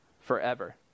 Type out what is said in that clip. forever